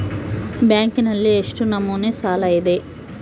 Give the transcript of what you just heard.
ಬ್ಯಾಂಕಿನಲ್ಲಿ ಎಷ್ಟು ನಮೂನೆ ಸಾಲ ಇದೆ?